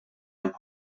hemm